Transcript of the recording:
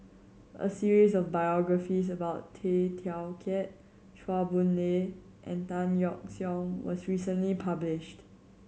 a series of biographies about Tay Teow Kiat Chua Boon Lay and Tan Yeok Seong was recently published